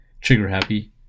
trigger-happy